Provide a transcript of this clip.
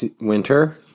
winter